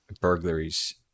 burglaries